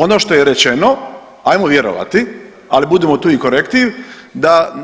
Ono što je rečeno hajmo vjerovati, ali budimo tu i korektiv da